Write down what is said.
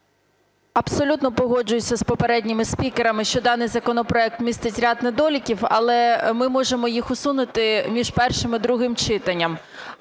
Абсолютно погоджуюся з попередніми спікерами, що даний законопроект містить ряд недоліків, але ми можемо їх усунути між першим і другим читанням.